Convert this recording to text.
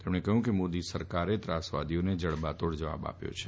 તેમણે કહ્યું કે મોદી સરકારે ત્રાસવાદીઓને જડબાતોડ જવાબ આપ્યો છે